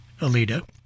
alita